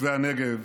תושבי הנגב